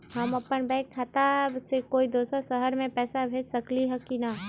हम अपन बैंक खाता से कोई दोसर शहर में पैसा भेज सकली ह की न?